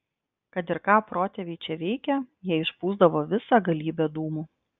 kad ir ką protėviai čia veikė jie išpūsdavo visą galybę dūmų